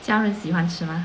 家人喜欢吃吗